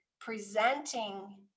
presenting